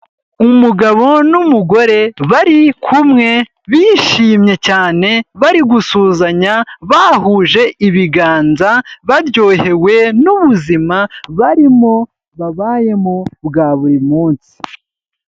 Umugabo n'umugore bari kumwe bishimye cyane, bari gusuhuzanya bahuje ibiganza, baryohewe n'ubuzima barimo, babayemo bwa buri munsi.